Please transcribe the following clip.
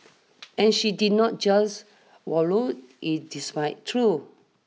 and she did not just wallow in despite though